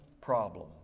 problem